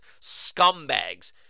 scumbags